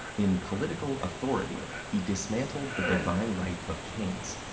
in political authority, he dismantled the divine right of kings.